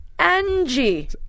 Angie